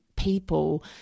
people